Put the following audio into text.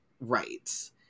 Right